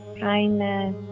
kindness